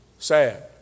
Sad